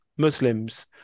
Muslims